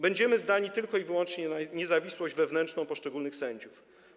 Będziemy zdani tylko i wyłącznie na niezawisłość wewnętrzną poszczególnych sędziów.